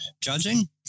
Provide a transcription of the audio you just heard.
judging –